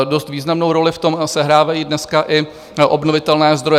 Dost významnou roli v tom sehrávají dneska i obnovitelné zdroje.